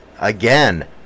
Again